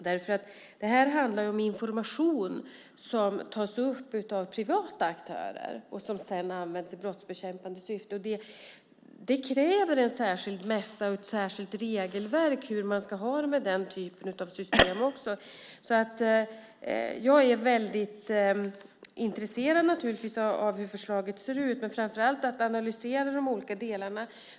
Det handlar om information som tas upp av privata aktörer och som sedan används i brottsbekämpande syfte. Det kräver en särskild mässa och ett särskilt regelverk när det handlar om hur man ska ha det med den typen av system. Jag är intresserad av hur förslaget ser ut, men framför allt av att analysera de olika delarna.